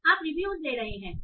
तो आप रिव्यूज ले रहे हैं